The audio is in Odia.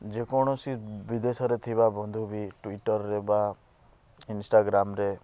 ଯେକୌଣସି ବିଦେଶରେ ଥିବା ବନ୍ଧୁ ବି ଟ୍ୱିଟର୍ରେ ବା ଇନ୍ଷ୍ଟାଗ୍ରାମ୍ରେ